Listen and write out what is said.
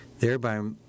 thereby